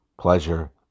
pleasure